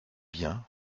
bien